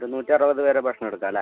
ഒരു നൂറ്ററുപത് പേരുടെ ഭക്ഷണം എടുക്കാമല്ലേ